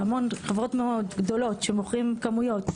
חברות גדולות שמוכרות כמויות.